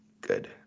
good